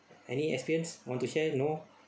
any experience want to share no